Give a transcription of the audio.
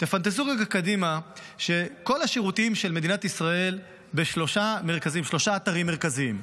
תפנטזו רגע קדימה שכל השירותים של מדינת ישראל בשלושה אתרים מרכזיים: